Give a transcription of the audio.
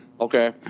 Okay